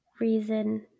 reason